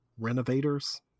renovators